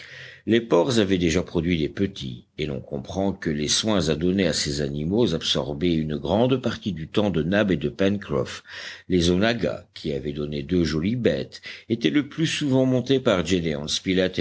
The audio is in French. les porcs avaient déjà produit des petits et l'on comprend que les soins à donner à ces animaux absorbaient une grande partie du temps de nab et de pencroff les onaggas qui avaient donné deux jolies bêtes étaient le plus souvent montés par